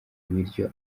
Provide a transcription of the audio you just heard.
ibiryo